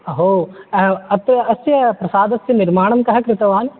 अहो अत्र अस्य प्रसादस्य निर्माणं कः कृतवान्